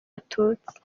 abatutsi